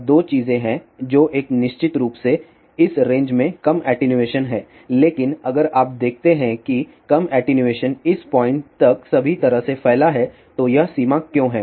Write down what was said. अब दो चीजें हैं जो एक हैं निश्चित रूप से इस रेंज में कम एटीन्यूएशन है लेकिन अगर आप देखते हैं कि कम एटीन्यूएशन इस पॉइंट तक सभी तरह से फैला है तो यह सीमा क्यों है